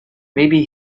maybe